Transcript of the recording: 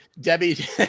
Debbie